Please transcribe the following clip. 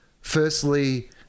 firstly